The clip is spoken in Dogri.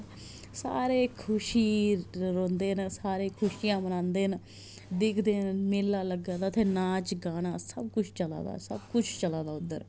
सारे खुशी रौहंदे न सारे खुशियां मनांदे न दिक्खदे न मेला लग्गे दा उ'त्थें नाच गाना सब कुछ चला दा सब कुछ चला दा उद्धर